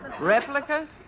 Replicas